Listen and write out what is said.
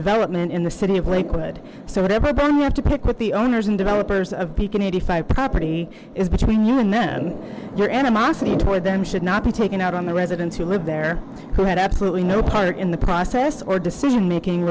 development in the city of lakewood so whatever bone you have to pick with the owners and developers of beacon eighty five property is between you and then your animosity toward them should not be taken out on the residents who live there who had absolutely no part in the process or decision making